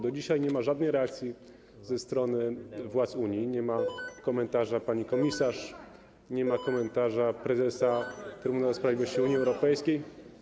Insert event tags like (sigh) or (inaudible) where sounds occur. Do dzisiaj nie ma żadnej reakcji ze strony władz Unii, nie ma (noise) komentarza pani komisarz, nie ma komentarza prezesa Trybunału Sprawiedliwości Unii Europejskiej.